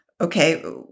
okay